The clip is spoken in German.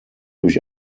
durch